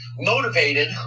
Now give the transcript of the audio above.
Motivated